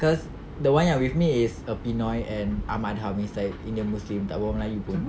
cause the one yang with me is a pinoy and ahmad ami said indian muslim tak berbual melayu